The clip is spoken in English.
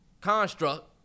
construct